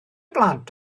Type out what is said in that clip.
blant